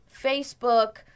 Facebook